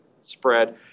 spread